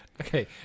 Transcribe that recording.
Okay